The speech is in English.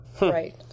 Right